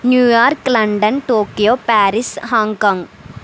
New York London Tokyo Paris Hong Kong